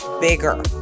bigger